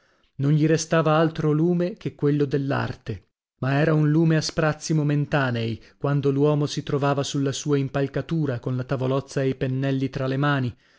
non gli restava altro lume che quello dell'arte ma era un lume a sprazzi momentanei quando l'uomo si trovava sulla sua impalcatura con la tavolozza e i pennelli tra mani